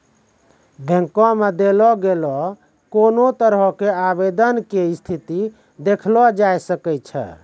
बैंको मे देलो गेलो कोनो तरहो के आवेदन के स्थिति देखलो जाय सकै छै